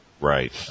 Right